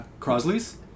Crosley's